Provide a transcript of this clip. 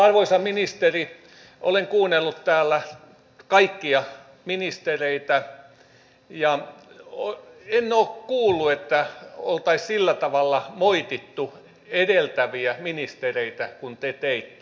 arvoisa ministeri olen kuunnellut täällä kaikkia ministereitä ja en ole kuullut että oltaisiin sillä tavalla moitittu edeltäviä ministereitä kuin te teitte